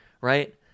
right